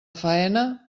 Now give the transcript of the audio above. faena